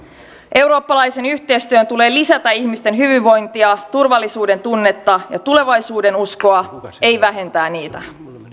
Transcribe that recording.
eurooppalaisen yhteistyön tulee lisätä ihmisten hyvinvointia turvallisuudentunnetta ja tulevaisuudenuskoa ei vähentää niitä